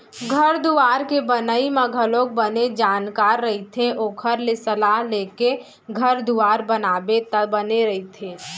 घर दुवार के बनई म घलोक बने जानकार रहिथे ओखर ले सलाह लेके घर दुवार बनाबे त बने रहिथे